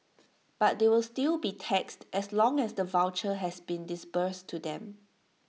but they will still be taxed as long as the voucher has been disbursed to them